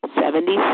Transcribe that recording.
seventy